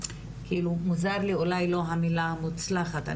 מוזר לי אולי לא המילה המוצלחת.